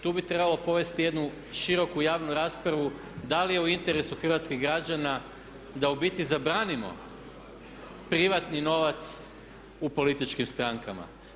Tu bi trebalo povesti jednu široku javnu raspravu da li je u interesu hrvatskih građana da u biti zabranimo privatni novac u političkim strankama.